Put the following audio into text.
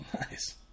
Nice